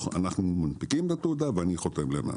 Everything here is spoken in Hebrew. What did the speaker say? אנחנו מנפיקים את התעודה ואני חותם למטה.